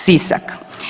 Sisak.